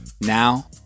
Now